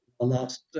last